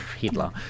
Hitler